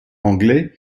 anglais